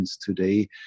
today